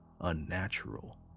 unnatural